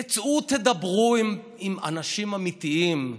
תצאו, תדברו עם אנשים אמיתיים,